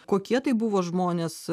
kokie tai buvo žmonės